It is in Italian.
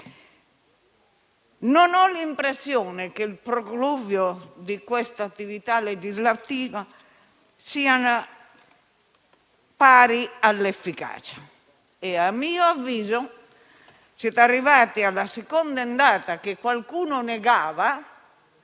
Non ho l'impressione che il profluvio di questa attività legislativa sia pari all'efficacia. A mio avviso, siete arrivati alla seconda ondata, che qualcuno negava,